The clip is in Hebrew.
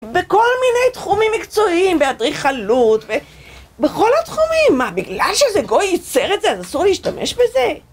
בכל מיני תחומים מקצועיים, באדריכלות, ו... בכל התחומים. מה, בגלל שזה גוי ייצר את זה, אז אסור להשתמש בזה?